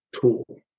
tool